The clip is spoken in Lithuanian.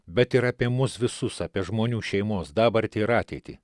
bet ir apie mus visus apie žmonių šeimos dabartį ir ateitį